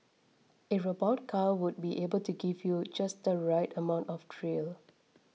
a robot car would be able give you just the right amount of thrill